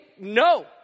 no